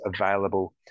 available